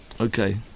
Okay